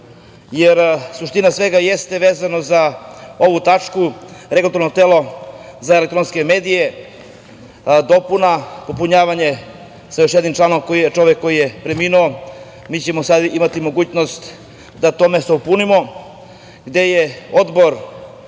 jer suština svega jeste vezano za ovu tačku, Regulatorno telo za elektronske medije, dopuna, popunjavanje sa još jednim članom koji je preminuo. Mi ćemo sada imati mogućnost da to mesto popunimo, gde je Odbor